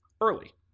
early